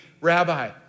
rabbi